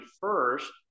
first